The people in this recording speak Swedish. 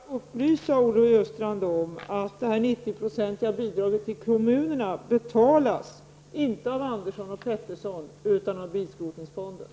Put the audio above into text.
Fru talman! Jag vill bara upplysa Olle Östrand om att det 90-procentiga bidraget till kommunerna inte betalas av Andersson och Pettersson utan av bilskrotningsfonden.